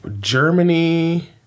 Germany